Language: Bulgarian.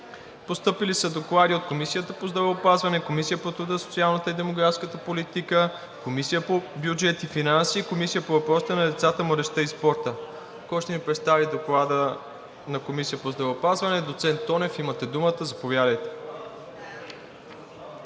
Постъпили са доклади от Комисията по здравеопазване, Комисията по труда, социалната и демографската политика, Комисията по бюджет и финанси и Комисията по въпросите на децата, младежта и спорта. Кой ще ни представи на Доклада на Комисията по здравеопазване? Доцент Тонев, имате думата, заповядайте.